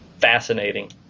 fascinating